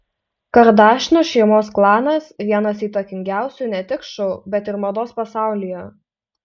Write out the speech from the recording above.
kardašianų šeimos klanas vienas įtakingiausių ne tik šou bet ir mados pasaulyje